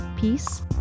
Peace